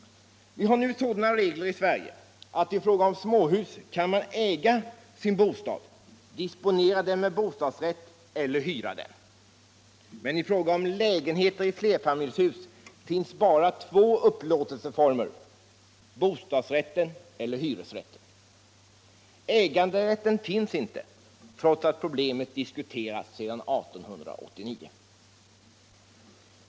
Vi har nu sådana regler i Sverige att i fråga om småhus kan man äga sin bostad, disponera den med bostadsrätt eller hyra den. Men i fråga om lägenheter i flerfamiljshus finns bara två upplåtelseformer — bostadsrätten eller hyresrätten. Äganderätten finns inte, trots att problemet diskuterats sedan 1889.